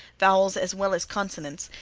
vowels as well as consonants,